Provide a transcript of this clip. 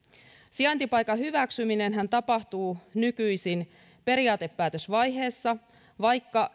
sijaintipaikan hyväksyminenhän tapahtuu nykyisin periaatepäätösvaiheessa vaikka